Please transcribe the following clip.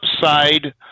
side